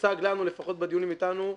והוצג לנו, לפחות בדיונים אתנו,